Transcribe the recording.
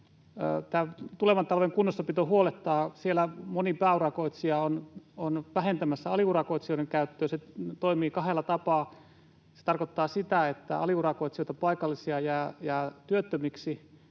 tulevan talven kunnossapito huolettaa. Siellä moni pääurakoitsija on vähentämässä aliurakoitsijoiden käyttöä. Se toimii kahdella tapaa. Se tarkoittaa sitä, että paikallisia aliurakoitsijoita jää työttömiksi,